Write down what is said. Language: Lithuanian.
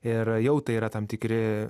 ir jau tai yra tam tikri